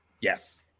Yes